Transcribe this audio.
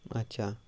اچھا